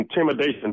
intimidation